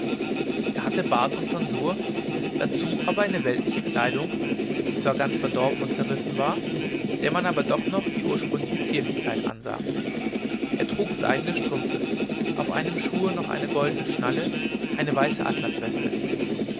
er hatte bart und tonsur dazu aber eine weltliche kleidung die zwar ganz verdorben und zerrissen war der man aber noch die ursprüngliche zierlichkeit ansah er trug seidene strümpfe auf einem schuhe noch eine goldene schnalle eine weiße